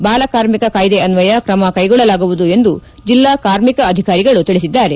ಬಾಲ ಕಾರ್ಮಿಕ ಕಾಯ್ದೆ ಅನ್ವಯ ಕ್ರಮ ಕೈಗೊಳ್ಳಲಾಗುವುದು ಎಂದು ಜಿಲ್ಲಾ ಕಾರ್ಮಿಕ ಅಧಿಕಾರಿಗಳು ತಿಳಿಸಿದ್ದಾರೆ